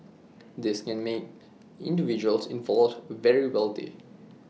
this can make individuals involved very wealthy